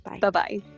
Bye-bye